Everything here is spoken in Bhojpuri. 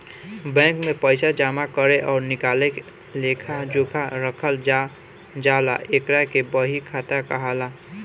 बैंक में पइसा जामा करे आ निकाले के लेखा जोखा रखल जाला एकरा के बही खाता कहाला